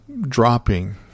dropping